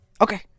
okay